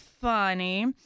funny